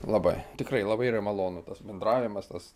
labai tikrai labai yra malonu tas bendravimas tas